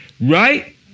right